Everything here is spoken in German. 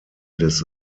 des